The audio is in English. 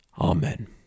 Amen